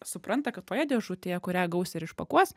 supranta kad toje dėžutėje kurią gaus ir išpakuos